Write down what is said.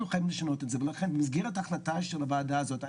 חייבים לשנות את זה ולכן במסגרת ההחלטה של הוועדה הזאת,